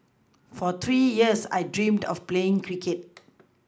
for three years I dreamed of playing cricket